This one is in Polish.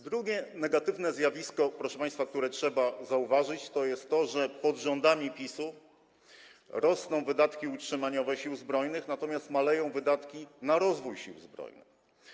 Drugie negatywne zjawisko, proszę państwa, które trzeba zauważyć, dotyczy tego, że pod rządami PiS rosną wydatki utrzymaniowe Sił Zbrojnych, natomiast maleją wydatki na rozwój Sił Zbrojnych.